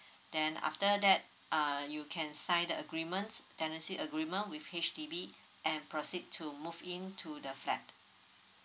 then after that uh you can sign the agreements tenancy agreement with H_D_B and proceed to move in to the flat